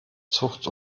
zucht